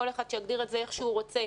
כל אחד שיגדיר את זה איך שהוא רוצה,